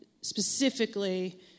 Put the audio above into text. specifically